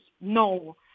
no